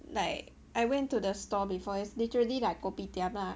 like I went to the store before is literally like kopitiam lah